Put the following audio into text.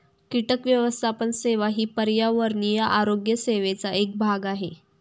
कीटक व्यवस्थापन सेवा ही पर्यावरणीय आरोग्य सेवेचा एक भाग आहे